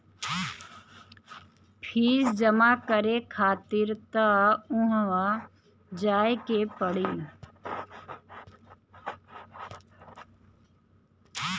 fees जमा करे खातिर तअ उहवे जाए के पड़ी